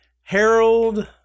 Harold